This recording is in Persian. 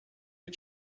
این